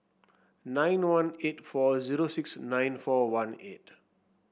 nine one eight four zero six nine four one eight